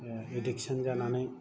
addiction जानानै जे